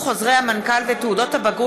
חשש להשבתת הלימודים בבתי-הספר בנתניה על רקע מאבק